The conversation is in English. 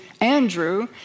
Andrew